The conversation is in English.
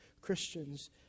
Christians